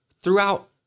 throughout